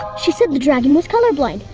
she said the dragon was colorblind.